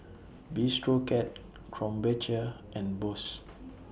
Bistro Cat Krombacher and Bose